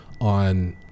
on